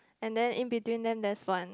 and then in between them there's one